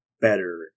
better